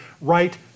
right